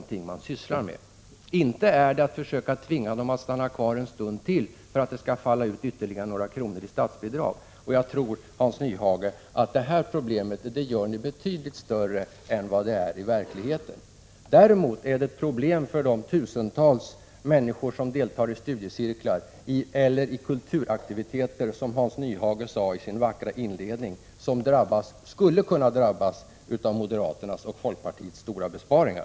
Inte är svårigheten att försöka få dem att stanna kvar en stund till för att det skall falla ut ytterligare några kronor i statsbidrag. Jag tror, Hans Nyhage, att ni gör detta problem betydligt större än vad det är i verkligheten. Däremot är det ett problem att tusentals människor som deltar i studiecirklar eller i kulturaktiviteter, som Hans Nyhage sade i sin vackra inledning, skulle kunna drabbas av moderaternas och folkpartiets stora besparingar.